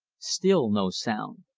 still no sound.